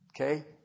Okay